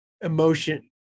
emotion